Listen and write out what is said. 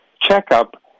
checkup